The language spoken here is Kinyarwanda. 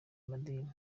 madini